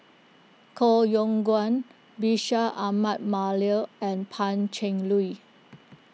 Koh Yong Guan Bashir Ahmad Mallal and Pan Cheng Lui